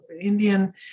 Indian